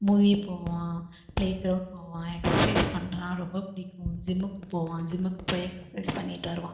movie போவான் playground போவான் exercise பண்ணுறான் ரொம்ப பிடிக்கும் ஜிம்முக்குப் போவான் ஜிம்முக்குப் போய் எக்ஸசைஸ் பண்ணிவிட்டு வருவான்